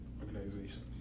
organization